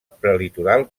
prelitoral